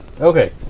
Okay